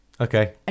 Okay